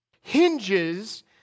hinges